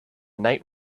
night